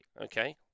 okay